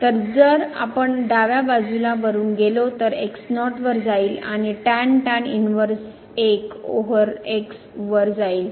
तर जर आपण डाव्या बाजूला वरून गेलो तर x 0 वर जाईलआणि इनव्हर्स 1 ओव्हर x वर जाईल